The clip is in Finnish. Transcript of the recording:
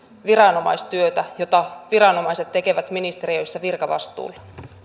viranomaistyötä jota viranomaiset tekevät ministeriöissä virkavastuulla